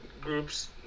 groups